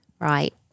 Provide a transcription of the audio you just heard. right